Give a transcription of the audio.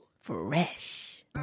Fresh